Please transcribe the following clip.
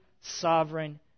sovereign